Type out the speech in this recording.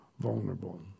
vulnerable